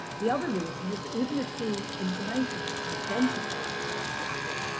the other reason is that even if the information is identical in the transcription,